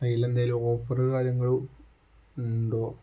അതിൽ എന്തേലും ഓഫറ് കാര്യങ്ങളും ഉണ്ടോ